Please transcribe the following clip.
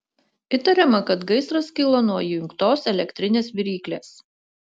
įtariama kad gaisras kilo nuo įjungtos elektrinės viryklės